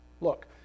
Look